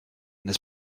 n’est